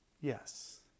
Yes